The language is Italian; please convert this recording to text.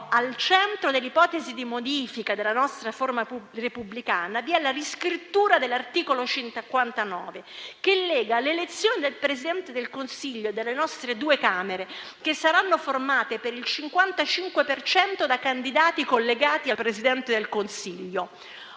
al centro dell'ipotesi di modifica della nostra forma repubblicana, vi è appunto la riscrittura dell'articolo 59, che lega l'elezione del Presidente del Consiglio a quella delle nostre due Camere, che saranno formate per il 55 per cento da candidati collegati al Presidente del Consiglio.